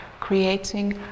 creating